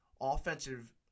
offensive